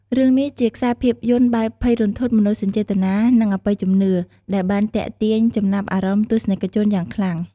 រឿងនេះជាខ្សែភាពយន្តបែបភ័យរន្ធត់ មនោសញ្ចេតនា និងអបិយជំនឿ ដែលបានទាក់ទាញចំណាប់អារម្មណ៍ទស្សនិកជនយ៉ាងខ្លាំង ។